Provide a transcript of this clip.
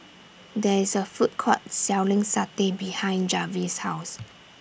There IS A Food Court Selling Satay behind Jarvis' House